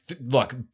look